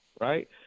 right